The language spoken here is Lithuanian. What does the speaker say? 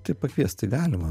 tai pakviest tai galima